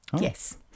yes